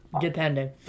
depending